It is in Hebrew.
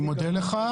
אני מודה לך.